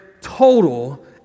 total